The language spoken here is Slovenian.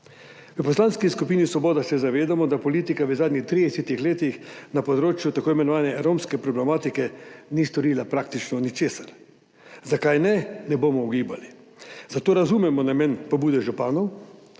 V Poslanski skupini Svoboda se zavedamo, da politika v zadnjih 30 letih na področju tako imenovane romske problematike ni storila praktično ničesar. Zakaj ne, ne bomo ugibali. Zato razumemo namen pobude županov,